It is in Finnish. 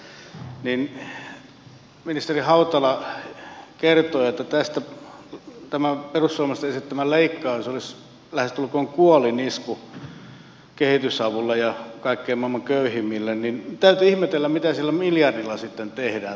kun ministeri hautala kertoi että tämä perussuomalaisten esittämä leikkaus olisi lähestulkoon kuolinisku kehitysavulle ja maailman kaikkein köyhimmille niin täytyy ihmetellä mitä sillä miljardilla sitten tehdään todellisuudessa